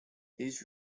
these